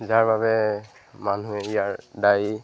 যাৰ বাবে মানুহে ইয়াৰ দায়ী